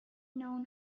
known